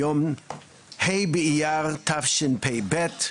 היום ח' באייר תשפ"ב,